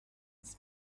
his